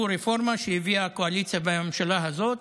"רפורמה" שהביאה הקואליציה בממשלה הזאת.